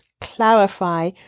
clarify